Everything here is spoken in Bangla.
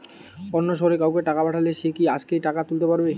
অন্য শহরের কাউকে টাকা পাঠালে সে কি আজকেই টাকা তুলতে পারবে?